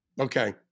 Okay